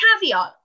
caveat